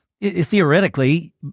theoretically